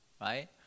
right